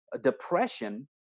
depression